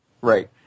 Right